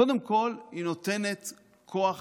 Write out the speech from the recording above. קודם כול, היא נותנת כוח